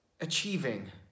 achieving